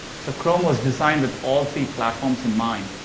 so chrome was designed with all three platforms in mind.